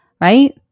right